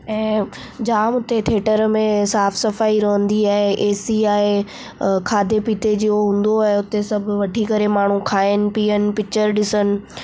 ऐं जामु हुते थिएटर में साफ़ु सफ़ाई रहंदी आहे ऐ सी आहे खाधे पीते जूं हूंदो आहे सभु वठी करे माण्हु सभु खाइनि पीअनि पिच्चर ॾिसनि